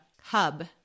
hub